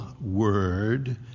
word